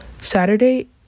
Saturday